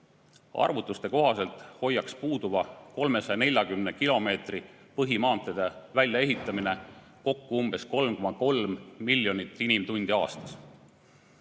Arvutuste kohaselt hoiaks puuduva 340 kilomeetri põhimaanteede väljaehitamine kokku umbes 3,3 miljonit inimtundi